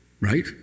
Right